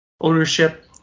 ownership